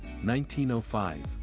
1905